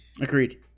Agreed